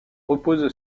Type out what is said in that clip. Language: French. repose